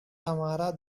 tamara